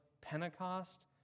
Pentecost